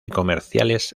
comerciales